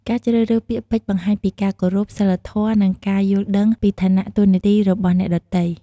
ការជ្រើសរើសពាក្យពេចន៍បង្ហាញពីការគោរព សីលធម៌ និងការយល់ដឹងពីឋានៈតួនាទីរបស់អ្នកដទៃ។